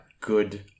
good